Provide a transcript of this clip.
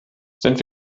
sind